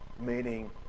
Meaning